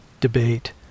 debate